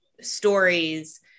stories